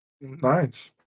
Nice